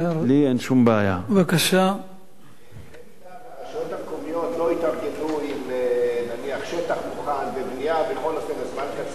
במידה שהרשויות המקומיות לא התארגנו עם שטח מוכן ובנייה בזמן קצר מאוד,